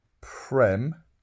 Prem